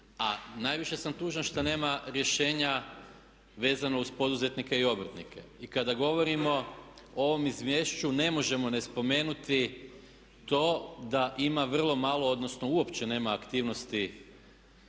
A najviše sam tužan što nema rješenja vezano uz poduzetnike i obrtnike. I kada govorimo o ovom izvješću ne možemo ne spomenuti to da ima vrlo malo, odnosno uopće nema aktivnosti